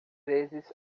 vezes